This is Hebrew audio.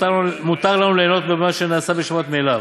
מותר לו ליהנות ממה שנעשה בשבת מאליו.